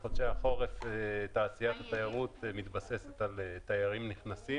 בחודשי החורף תעשיית התיירות מתבססת על תיירים נכנסים.